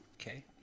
okay